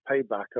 payback